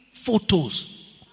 photos